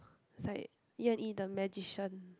it's like Yan-Yee the magician